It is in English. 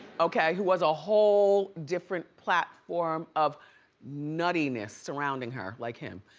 okay? who has a whole different platform of nuttiness surrounding her, like him.